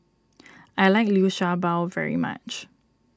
I like Liu Sha Bao very much